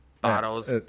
bottles